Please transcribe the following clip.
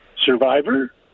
survivor